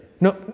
No